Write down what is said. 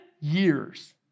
years